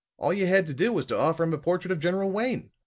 all you had to do was to offer him a portrait of general wayne.